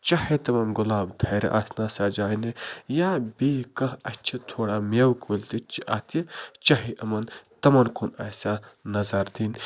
چاہے تِمن گۄلاب تھَرِ آسہِ نا سَجاونہِ یا بیٚیہِ کانٛہہ اَسہِ چھِ تھوڑا مٮ۪وٕ کُلۍ تہِ چھِ اَتہِ چاہے یِمَن تَمن کُن اَسیٛا نظر دِنۍ